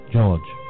George